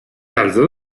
alza